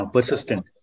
Persistent